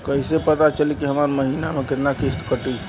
कईसे पता चली की हमार महीना में कितना किस्त कटी?